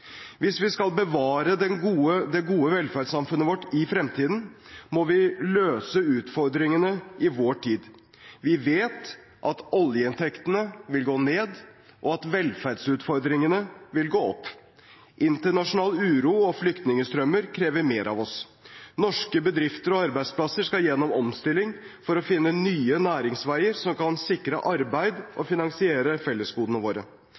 Hvis vi skal bevare det gode velferdssamfunnet vårt i fremtiden, må vi løse utfordringene i vår tid. Vi vet at oljeinntektene vil gå ned, og at velferdsutgiftene vil gå opp. Internasjonal uro og flyktningstrømmer krever mer av oss. Norske bedrifter og arbeidsplasser skal gjennom omstilling for å finne nye næringsveier som kan sikre arbeid og finansiere fellesgodene våre.